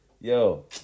Yo